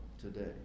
today